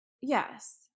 yes